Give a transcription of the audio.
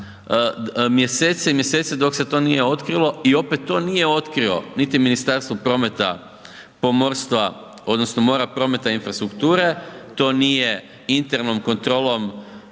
mjesece i mjesece dok se to nije otkrilo. I opet to nije otkrio niti Ministarstvo prometa, pomorstva odnosno mora, prometa i infrastrukture, to nije internom kontrolom